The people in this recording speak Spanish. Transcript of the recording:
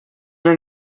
una